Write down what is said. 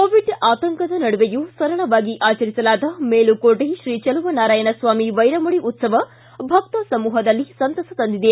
Covid ಆತಂಕದ ನಡುವೆಯೂ ಸರಳವಾಗಿ ಆಚರಿಸಲಾದ ಮೇಲುಕೋಟೆ ಶ್ರೀ ಚೆಲುವನಾರಾಯಣ ಸ್ವಾಮಿ ವೈರಮುಡಿ ಉತ್ಸವ ಭಕ್ತ ಸಮೂಹದಲ್ಲಿ ಸಂತಸ ತಂದಿದೆ